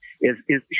is—is